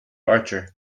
archer